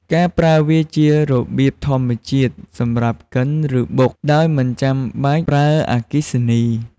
ការប្រើវាជារបៀបធម្មជាតិសម្រាប់កិន ឬបុកដោយមិនចាំបាច់ប្រើអគ្គិសនី។